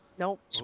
Nope